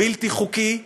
בלתי חוקי,